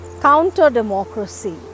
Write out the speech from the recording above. counter-democracy